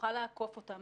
נוכל לעקוף אותם,